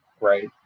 Right